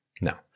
no